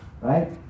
Right